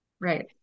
Right